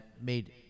made